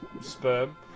sperm